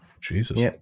Jesus